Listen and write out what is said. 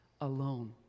alone